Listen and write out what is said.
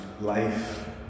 life